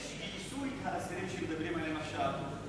אלה שגייסו את האסירים שמדברים עליהם עכשיו,